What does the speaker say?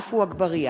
עפו אגבאריה.